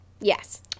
yes